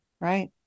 Right